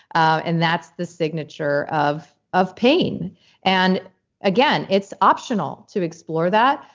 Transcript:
and that's the signature of of pain and again, it's optional to explore that,